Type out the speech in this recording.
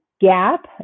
gap